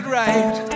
right